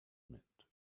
meant